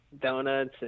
Donuts